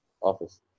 office